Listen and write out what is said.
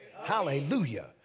Hallelujah